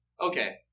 okay